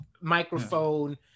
microphone